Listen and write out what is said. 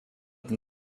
всех